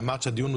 הנושא הוא